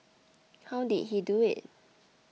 how did he do it